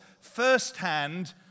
first-hand